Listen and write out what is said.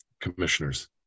commissioners